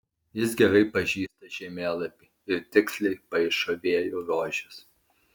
jis gerai pažįsta žemėlapį ir tiksliai paišo vėjų rožes